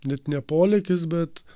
net ne polėkis bet